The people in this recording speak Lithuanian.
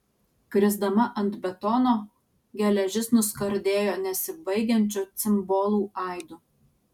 krisdama ant betono geležis nuskardėjo nesibaigiančiu cimbolų aidu